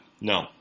No